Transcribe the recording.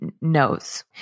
knows